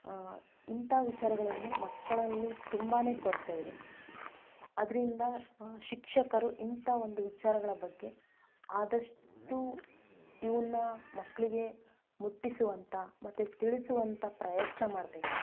ಇಂಥ ವಿಚಾರಗಳನ್ನು ಮಕ್ಕಳಲ್ಲಿ ತುಂಬಾ ಕೊರತೆ ಇದೆ ಅದರಿಂದ ಶಿಕ್ಷಕರು ಇಂಥ ಒಂದು ವಿಚಾರಗಳ ಬಗ್ಗೆ ಆದಷ್ಟು ಇವನ್ನ ಮಕ್ಕಳಿಗೆ ಮುಟ್ಟಿಸುವಂಥ ಮತ್ತು ತಿಳಿಸುವಂಥ ಪ್ರಯತ್ನ ಮಾಡಬೇಕು